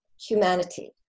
humanity